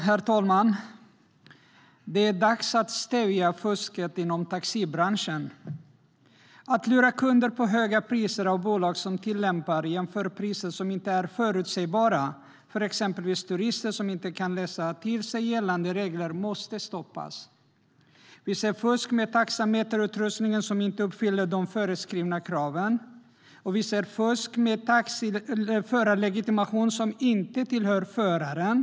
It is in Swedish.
Herr talman! Det är dags att stävja fusket inom taxibranschen. Att lura kunder med höga priser av bolag som tillämpar jämförpriser som inte är förutsägbara, för exempelvis turister som inte kan läsa sig till gällande regler, måste stoppas. Vi ser fusk med taxameterutrustning som inte uppfyller de föreskrivna kraven, och vi ser fusk med taxiförarlegitimation som inte tillhör föraren.